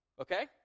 okay